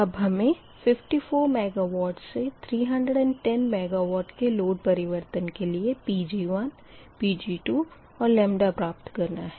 अब हमें 54 MW से 310 MW के लोड परिवर्तन के लिए Pg1 Pg2 और प्राप्त करना है